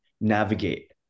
navigate